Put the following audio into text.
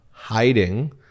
Hiding